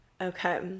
okay